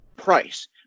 Price